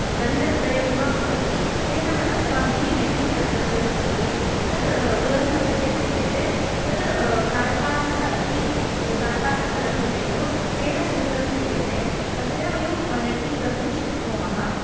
दण्डद्वयमिव भवति तेन व अस्माभिः नेट्टिङ्ग् कर्तव्यम् भवति तद् उलन् मध्ये क्रियते तत् कार्पासः इति कार्पासः लभ्यते खलु तेन सूत्रम् क्रियते तेन वयं नेट्टिङ्ग् कर्तुं शक्नुमः